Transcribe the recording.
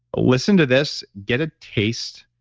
listen to this, get a taste,